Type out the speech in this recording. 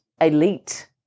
elite